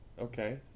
Okay